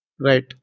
Right